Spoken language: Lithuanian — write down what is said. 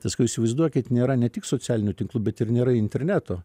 tai sakau įsivaizduokit nėra ne tik socialinių tinklų bet ir nėra interneto